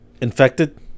Infected